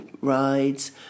rides